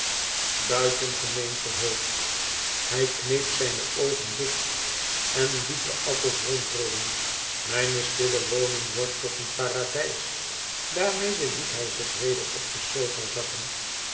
buitengemeen verheugd hij kneep zijne oogen dicht en liet de appels rondrollen mijne stille woning wordt tot een paradijs daarmede liet hij zich weder op de sofa zakken